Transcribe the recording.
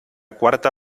cuarta